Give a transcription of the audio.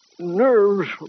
nerves